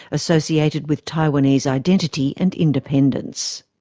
associated with taiwanese identity and independence.